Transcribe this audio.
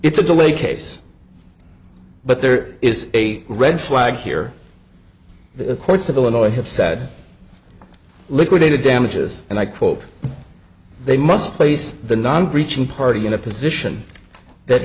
it's a delay case but there is a red flag here the courts of illinois have said liquidated damages and i quote they must place the non breaching party in a position that